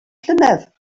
llynedd